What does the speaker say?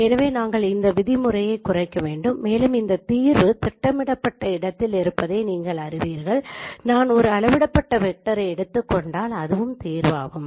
எனவே நாங்கள் இந்த விதிமுறையை குறைக்க வேண்டும் மேலும் இந்த தீர்வு திட்டமிடப்பட்ட இடத்தில் இருப்பதை நீங்கள் அறிவீர்கள் நான் ஒரு அளவிடப்பட்ட வெக்டரை எடுத்துக் கொண்டால் அதுவும் தீர்வாகும்